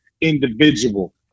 individual